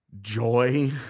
joy